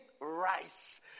rice